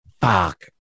Fuck